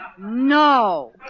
No